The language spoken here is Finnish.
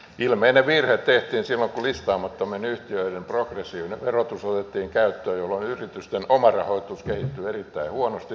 ilmeinen virhe tehtiin silloin kun listaamattomien yhtiöiden progressiivinen verotus otettiin käyttöön jolloin yritysten omarahoitus kehittyi erittäin huonosti suomessa